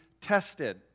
tested